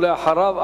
ואחריו,